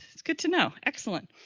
that's good to know, excellent.